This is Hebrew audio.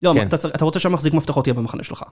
אתה רוצה שהמחזיק מפתחות יהיה במחנה שלך